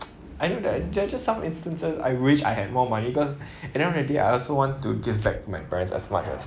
I'm know there're there're just some instances I wish I had more money cause at the end of the day I also want to give back my parents as much as